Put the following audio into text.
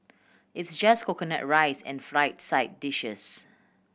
it's just coconut rice and fried side dishes